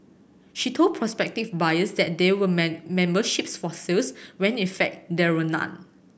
she told prospective buyers that there were memberships for sales when in fact there were none